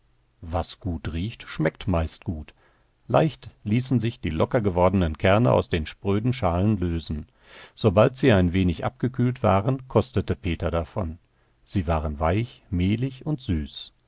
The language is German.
was gut riecht schmeckt meist gut leicht ließen sich die locker gewordenen kerne aus den spröden schalen lösen sobald sie ein wenig abgekühlt waren kostete peter davon sie waren weich mehlig und süß